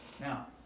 now